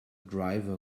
driver